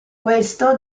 questo